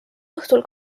õhtul